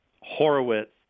Horowitz